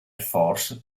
force